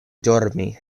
dormi